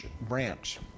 branch